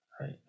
right